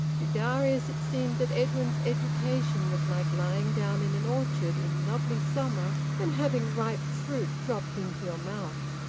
to darius it seemed that edwin's education was like lying down in an orchard in lovely summer and having ripe fruit dropped into your mouth.